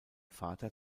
vater